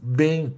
bem